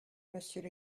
monsieur